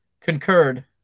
concurred